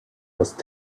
must